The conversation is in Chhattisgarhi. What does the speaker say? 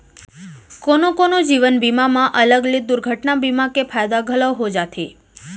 कोनो कोनो जीवन बीमा म अलग ले दुरघटना बीमा के फायदा घलौ हो जाथे